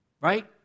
Right